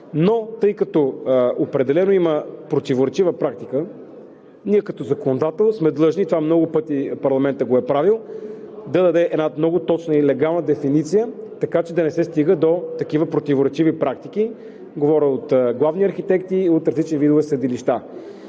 Но, тъй като определено има противоречива практика, ние като законодател сме длъжни, и това много пъти парламентът го е правил, да дадем една много точна и легална дефиниция, така че да не се стига до такива противоречиви практики – говоря от главни архитекти и от различни видове съдилища.